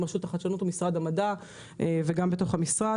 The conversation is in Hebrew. הרשות לחדשנות במשרד המדע וגם בתוך המשרד.